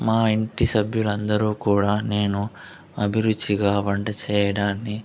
మా ఇంటి సభ్యులు అందరూ కూడా నేను అభిరుచిగా వంట చేయడాన్ని